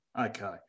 Okay